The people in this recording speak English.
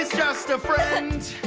just a friend!